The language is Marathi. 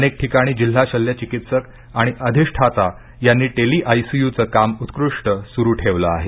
अनेक ठिकाणी जिल्हा शल्य चिकित्सक आणि अधिष्ठाता यांनी टेली आयसीयूच काम उत्कृष्ट सुरू ठेवल आहे